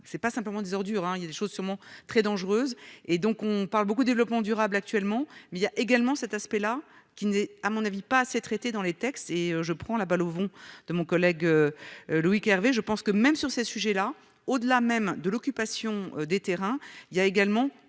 c'est pas simplement des ordures, hein, il y a des choses sûrement très dangereuse et donc on parle beaucoup développement durable actuellement mais il y a également cet aspect-là qui n'est, à mon avis pas assez traité dans les textes et je prends la balle au vont de mon collègue Loïc Hervé je pense que même sur ces sujets-là, au-delà même de l'occupation des terrains, il y a également